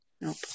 Nope